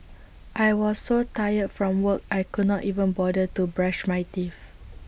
I was so tired from work I could not even bother to brush my teeth